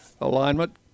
alignment